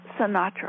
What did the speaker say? Sinatra